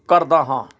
ਕਰਦਾ ਹਾਂ